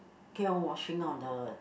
keep on watching on the